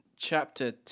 Chapter